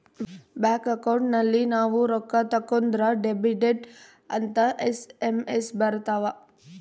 bank account ಅಲ್ಲಿ ನಾವ್ ರೊಕ್ಕ ತಕ್ಕೊಂದ್ರ ಡೆಬಿಟೆಡ್ ಅಂತ ಎಸ್.ಎಮ್.ಎಸ್ ಬರತವ